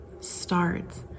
start